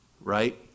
right